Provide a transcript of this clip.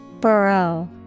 Burrow